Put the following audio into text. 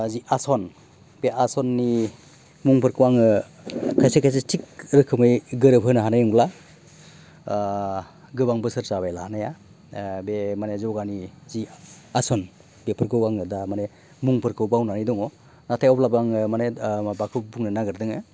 जि आसन बे आसननि मुंफोरखौ आङो खायसे खायसे थिक रोखोमै गोरोबहोनो हानाय नंला गोबां बोसोर जाबाय लानाया बे माने यगानि जे आसन बेफोरखौ आङो दा माने मुंफोरखौ बावनानै दङ नाथाय अब्लाबो आङो माबाखौ बुंनो नागिरदोङो